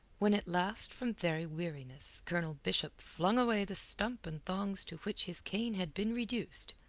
when, at last, from very weariness, colonel bishop flung away the stump and thongs to which his cane had been reduced,